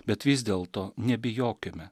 bet vis dėlto nebijokime